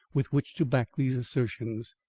with which to back these assertions.